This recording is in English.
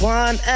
one